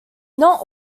not